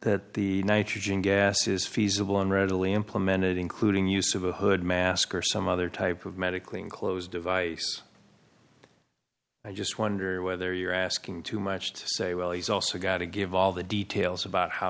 that the nitrogen gas is feasible and readily implemented including use of a hood mask or some other type of medically enclosed device i just wonder whether you're asking too much to say well he's also got to give all the details about how